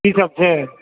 की सब छै